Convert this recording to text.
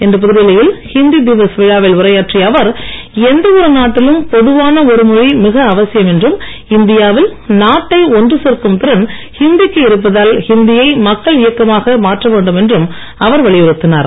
இன்று புதுடில்லியில் ஹிந்தி திவஸ் விழாவில் உரையாற்றிய அவர் எந்த ஒரு நாட்டிலும் பொதுவான ஒரு மொழி மிக அவசியம் என்றும் இந்தியாவில் நாட்டை ஒன்று சேர்க்கும் திறன் ஹிந்திக்கு இருப்பதால் ஹிந்தியை மக்கள் இயக்கமாக மாற்ற வேண்டும் என்றும் அவர் வலியுறுத்தினார்